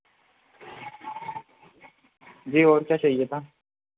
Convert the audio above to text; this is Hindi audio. जी और क्या चाहिए था